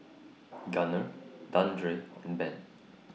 Gunner Dandre and Ben